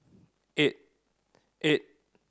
eight eight